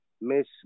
miss